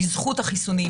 בזכות החיסונים,